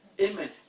Amen